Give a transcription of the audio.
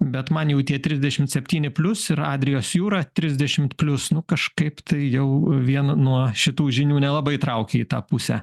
bet man jau tie trisdešimt septyni plius ir adrijos jūra trisdešimt plius nu kažkaip tai jau vien nuo šitų žinių nelabai traukia į tą pusę